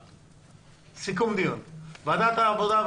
לסיכום הדיון: ועדת העבודה,